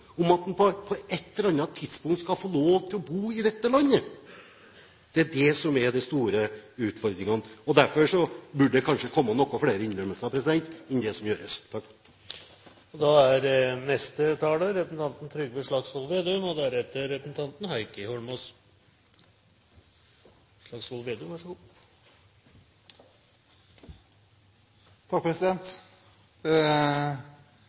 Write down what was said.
om at de på et eller annet tidspunkt vil få lov til å bo i dette landet. Det er det som er de store utfordringene, og derfor burde det kanskje komme noen flere innrømmelser enn det som nå kommer. Representanten Trine Skei Grande ble ivrig i sitt innlegg og kom med diverse beskyldninger. Det er